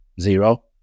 zero